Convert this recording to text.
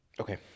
Okay